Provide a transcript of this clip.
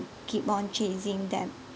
keep on chasing them